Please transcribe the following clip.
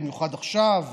במיוחד עכשיו,